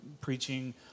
preaching